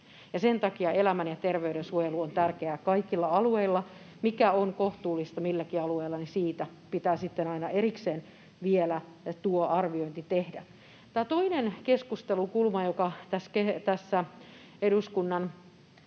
sen takia elämän ja terveyden suojelu on tärkeää kaikilla alueilla. Mikä on kohtuullista milläkin alueella, siitä pitää sitten aina erikseen vielä arviointi tehdä. Toinen keskustelukulma, joka tässä eduskunnan